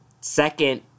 Second